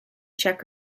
czech